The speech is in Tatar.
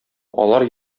алар